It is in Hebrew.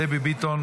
דבי ביטון,